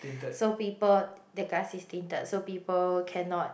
so people take us is tinted so people cannot